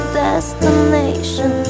destination